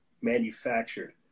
manufactured